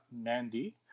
Mandy